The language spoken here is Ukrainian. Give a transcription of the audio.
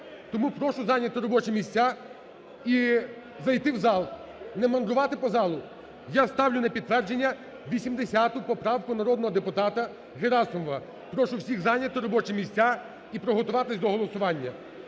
Тому прошу зайняти робочі місця і зайти в зал, не мандрувати по залу. Я ставлю на підтвердження 80 поправку народного депутата Герасимова. Прошу всіх зайняти робочі місця і приготуватися до голосування.